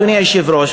אדוני היושב-ראש,